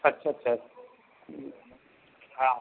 अच्छा अच्छा हां